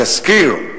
התסקיר,